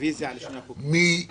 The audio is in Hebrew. מי נמנע?